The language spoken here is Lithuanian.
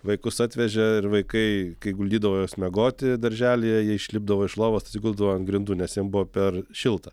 vaikus atvežė ir vaikai kai guldydavo juos miegoti darželyje jie išlipdavo iš lovos atsiguldavo ant grindų nes jiem buvo per šilta